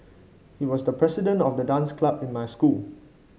he was the president of the dance club in my school